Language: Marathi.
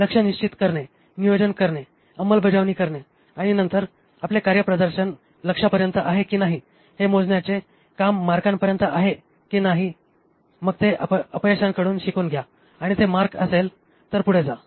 लक्ष्य निश्चित करणे नियोजन करणे अंमलबजावणी करणे आणि नंतर आपले कार्यप्रदर्शन लक्ष्यापर्यंत आहे की नाही हे मोजण्याचे काम मार्कांपर्यंत आहे की नाही आणि मग ते अपयशांकडून शिकून घ्या आणि ते मार्क असेल तर पुढे जा